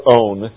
own